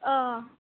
अ